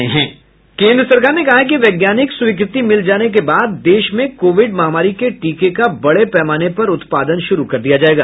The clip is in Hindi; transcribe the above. केन्द्र सरकार ने कहा है कि वैज्ञानिक स्वीकृति मिल जाने के बाद देश में कोविड महामारी के टीके का बड़े पैमाने पर उत्पादन शुरू कर दिया जाएगा